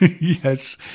Yes